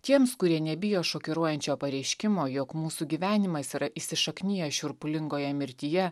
tiems kurie nebijo šokiruojančio pareiškimo jog mūsų gyvenimais yra įsišakniję šiurpulingoje mirtyje